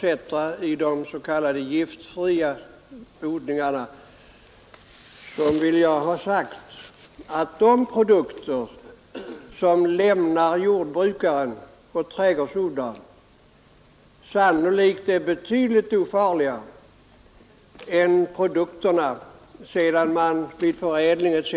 på produkter från de s.k. ”giftfria odlingarna” — så vill jag ha sagt att produkterna då de lämnar jordbrukare och trädgårdsodlare sannolikt är betydligt ofarligare än längre fram i distributionen då man genom förädling etc.